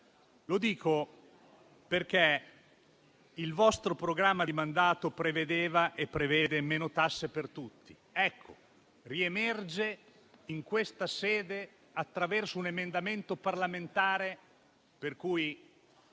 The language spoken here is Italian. Lo dico perché il vostro programma di mandato prevedeva e prevede meno tasse per tutti. Ecco, riemergono in questa sede, attraverso un emendamento parlamentare, per cui